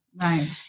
right